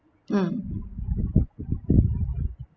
mm